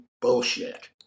bullshit